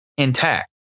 Intact